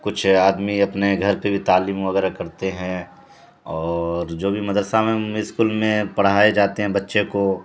کچھ آدمی اپنے گھر پہ بھی تعلیم وغیرہ کرتے ہیں اور جو بھی مدرسہ میں اسکول میں پڑھائے جاتے ہیں بچے کو